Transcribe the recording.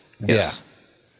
Yes